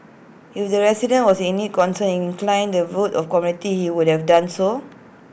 if the president was indeed concerned and inclined the veto of commitment he would have done so